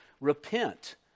repent